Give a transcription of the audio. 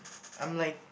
I'm like